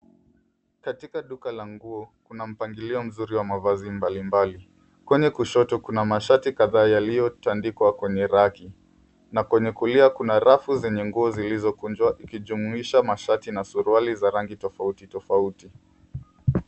Katika duka la nguo kuna mpangilio mzuri wa mavazi mbali mbali kwani kushoto kuna mashati kadhaa yaliyo tandikwa kwenye raki na kwenye kulia kuna rafu zenye nguo zilizokunjwa ikijumuisha mashati na suruali za rangi tofauti tofauti.